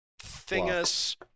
thingus